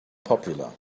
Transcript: popular